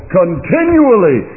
continually